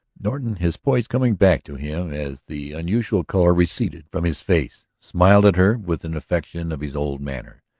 norton, his poise coming back to him as the unusual color receded from his face, smiled at her with an affectation of his old manner.